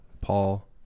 Paul